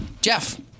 Jeff